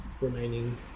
remaining